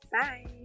Bye